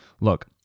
Look